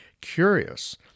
curious